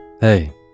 Hey